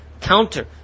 counter